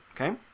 Okay